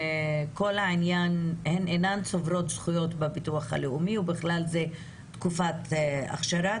כתוב שהן אינן צוברות זכויות בביטוח הלאומי ובכלל זה תקופת אכשרה,